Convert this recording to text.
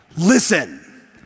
listen